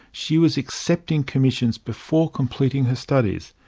she was accepting commissions before completing her studies,